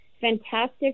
fantastic